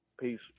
Peace